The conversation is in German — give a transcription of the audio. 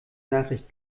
nachricht